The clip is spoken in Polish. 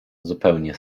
zupełnie